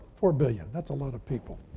four billion, that's a lot of people.